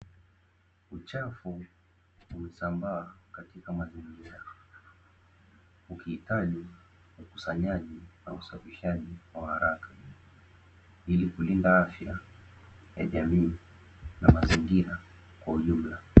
Uchafu umesambaa katika mazingira, ukihitaji ukusanyaji na usafishaji wa haraka ili kulinda afya ya jamii na mazingira kwa ujumla.